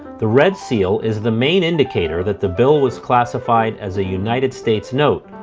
the red seal is the main indicator that the bill was classified as a united states note,